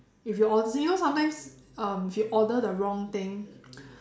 if you order you know sometimes um if you order the wrong thing